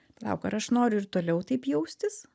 palauk ar aš noriu ir toliau taip jaustis